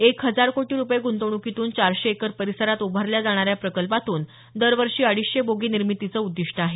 एक हजार कोटी रुपये गृंतवणुकीतून चारशे एकर परिसरांत उभारला जाणाऱ्या या प्रकल्पातून दरवर्षी अडीचशे बोगी निर्मितीचं उद्दीष्ट आहे